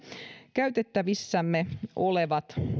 käytettävissämme olevat